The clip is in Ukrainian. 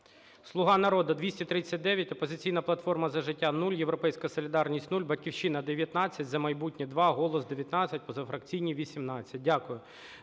"Слуга народу" – 239, "Опозиційна платформа – За життя" – 0, "Європейська солідарність" – 0, "Батьківщина" – 19, "За майбутнє" – 2, "Голос" – 19, позафракційні – 18. Дякую.